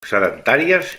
sedentàries